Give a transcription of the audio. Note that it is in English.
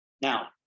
Now